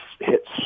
hits